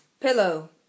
Pillow